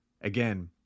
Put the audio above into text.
Again